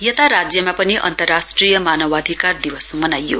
यता राज्यमा पनि अन्तर्राष्ट्रिय मानवधिकार दिवस मनाइयो